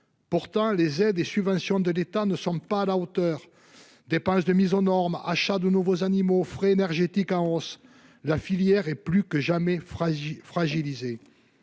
Pourtant, les aides et subventions de l'État ne sont pas à la hauteur. Dépenses de mise aux normes, achat de nouveaux animaux, frais énergétiques en hausse : la filière est plus que jamais fragilisée.